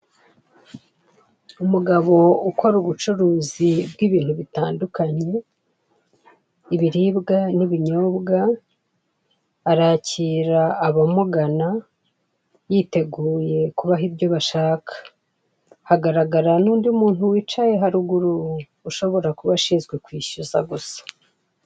Umugabo ukora ubucuruzi bw'ibintu bitandukanye, ibiribwa n'ibinyobwa, arakira abamugana yiteguye kubaha ibyo bashaka. Hagaragara n'undi muntu wicaye haruguru, ushobora kuba ashinzwe kwishyuza gusa.